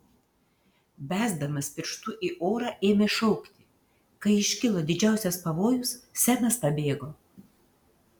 besdamas pirštu į orą ėmė šaukti kai iškilo didžiausias pavojus semas pabėgo